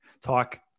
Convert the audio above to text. talk